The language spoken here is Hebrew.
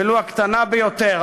ולו הקטנה ביותר,